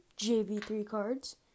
JV3Cards